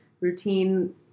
routine